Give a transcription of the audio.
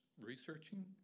researching